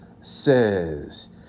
says